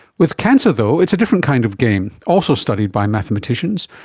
with cancer though it's a different kind of game, also studied by mathematicians,